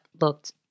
looked